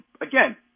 again